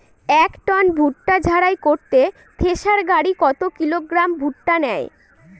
এক টন ভুট্টা ঝাড়াই করতে থেসার গাড়ী কত কিলোগ্রাম ভুট্টা নেয়?